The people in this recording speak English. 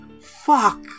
Fuck